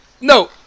No